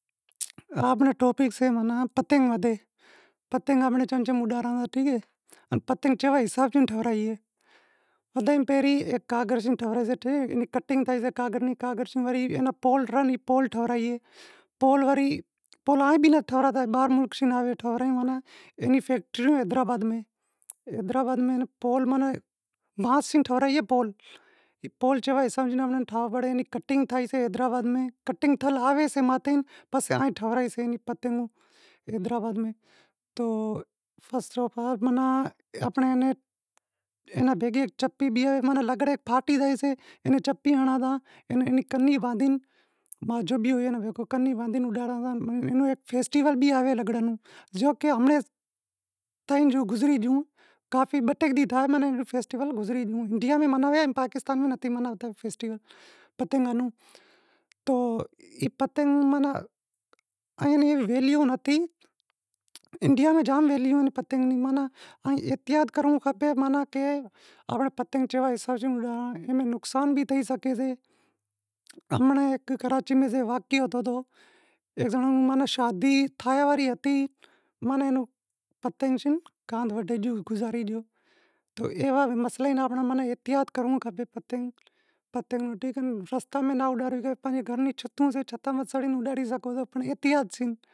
آنپڑو ٹاپک سے ماناں پتنگ ماتھے، پتنگ امیں چم چم اڈاڑاں؟ ٹھیک سے، پتنگ کیوے حساب سیں ٹھرائیو زائیشے؟ پتنگ ہیکے کاگڑ سیں ٹھرائیجشے، ہیک کٹنگ تھئیشے کاگڑ شیں پول ماناں بانس سیں ٹھرائیسیں کٹنگ تھیل آئیسے پسے ٹھرائیجسے حیدرٓباد میں، تو فرسٹ آف آل تو چتی ہنڑائیساں۔ پتنگ ماناں ائنی ویلو نتھی انڈیا میں انی ویلیو سے، گھراں ری چھتاں متھے اڈائے شگو تا پر احتیاط سیں۔